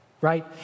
right